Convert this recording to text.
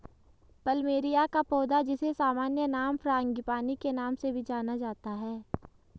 plumeria का पौधा, जिसे सामान्य नाम फ्रांगीपानी के नाम से भी जाना जाता है